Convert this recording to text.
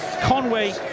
Conway